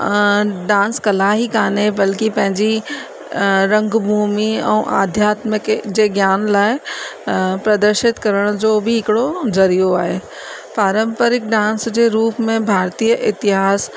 dance कला ई काने बल्कि पंहिंजी रंग भूमि ऐं आध्यतम खे जे ज्ञान लाइ प्रदर्शित करण जो बि हिकिड़ो ज़रियो आहे पारंपरिक डांस जे रूप में भारतीय इतिहास